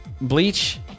Bleach